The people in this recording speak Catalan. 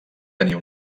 tenia